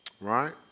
right